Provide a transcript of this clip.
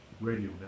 Radio